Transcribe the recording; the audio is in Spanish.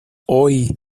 hoy